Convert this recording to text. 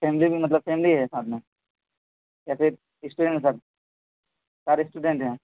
family میں مطلب family ہے ساتھ میں یا پھر اسٹوڈنٹ سب سارے اسٹوڈنٹ ہیں